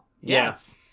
Yes